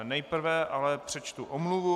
Nejprve ale přečtu omluvu.